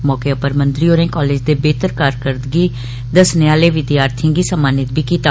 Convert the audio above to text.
मौके उप्पर मंत्री होरे कालेज दे बेहतर कारकदर्गी दस्सने आले विद्यार्थियें गी सम्मानित बी कीता